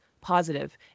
positive